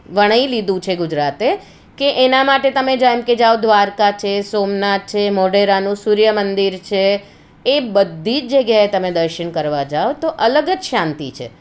વણી લીધું છે ગુજરાતે કે એના માટે તમે જેમ કે જાઓ દ્વારકા છે સોમનાથ છે મોઢેરાનું સૂર્યમંદિર છે એ બધી જ જગ્યાએ તમે દર્શન કરવા જાઓ તો અલગ જ શાંતિ છે